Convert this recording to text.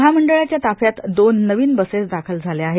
महामष्ठळाच्या ताफ्यात दोन नवीन बसेस दाखल झाले आहेत